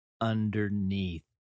underneath